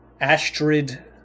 Astrid